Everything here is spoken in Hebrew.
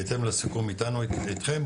בהתאם לסיכום איתנו ואיתכם,